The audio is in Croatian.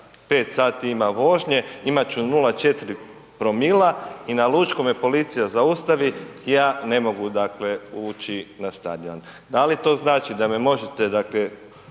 5 sati ima vožnje imat ću 0,4 promila i na lučkome me policija zaustavi i ja ne mogu dakle ući na stadion? Da li to znači da me možete